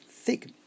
Thick